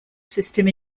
system